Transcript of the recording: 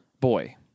Boy